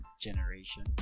generation